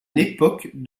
l’époque